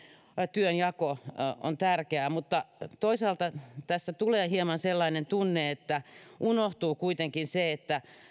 työnjako ovat tärkeitä mutta toisaalta tässä tulee hieman sellainen tunne että unohtuu kuitenkin se että